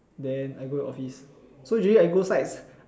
then I go office so usually I go sites